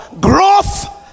growth